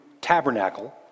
tabernacle